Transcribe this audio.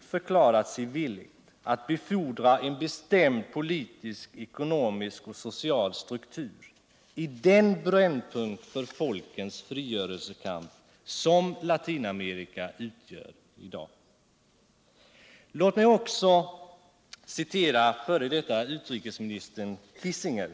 förklarat sig villigt att befordra en bestämd politisk, ekonomisk och social struktur i den brännpunkt för folkens frigörelsekamp som Latinamerika utgör. Låt mig citera f. d. utrikesministern Kissinger.